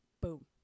boom